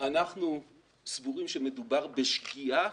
אנחנו סבורים שמדובר בשגיאה,